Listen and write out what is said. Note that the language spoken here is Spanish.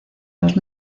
los